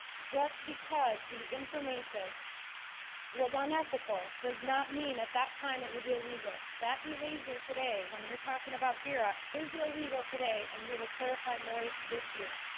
just because the information was unethical does not mean at that time. it was illegal that behavior today when you're talking about gear up is illegal today and we will clarify more this year,